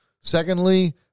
Secondly